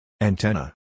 Antenna